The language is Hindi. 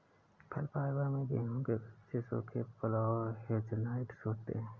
फल फाइबर में गेहूं के गुच्छे सूखे फल और हेज़लनट्स होते हैं